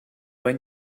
when